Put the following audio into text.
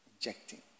injecting